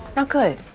not good.